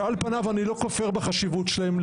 ועל פניהם אני לא כופר בחשיבות שלהם.